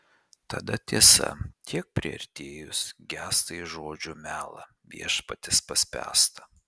tada tiesa tiek priartėjus gęsta į žodžio melą viešpaties paspęstą